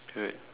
correct